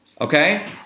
Okay